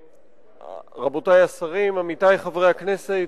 רבותי השרים, עמיתי חברי הכנסת,